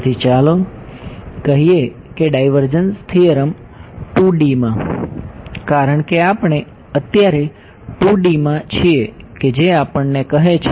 તેથી ચાલો કહીએ કે ડાઈવર્જન્સ થીયરમ 2 D માં કારણકે આપણે અત્યારે 2 D માં છીએ કે જે આપણને કહે છે